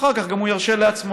אחר כך גם הוא ירשה לעצמו.